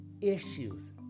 issues